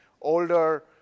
older